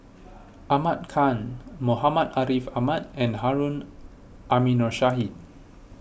Ahmad Khan Muhammad Ariff Ahmad and Harun Aminurrashid